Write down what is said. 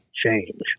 change